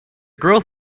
growth